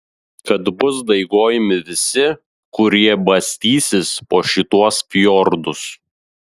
kad bus daigojami visi kurie bastysis po šituos fjordus